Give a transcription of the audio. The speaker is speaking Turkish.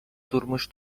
durmuş